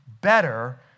better